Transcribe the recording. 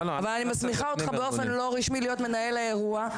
אבל אני מסמיכה אותך באופן לא רשמי להיות מנהל האירוע,